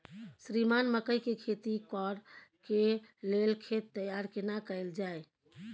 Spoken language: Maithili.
श्रीमान मकई के खेती कॉर के लेल खेत तैयार केना कैल जाए?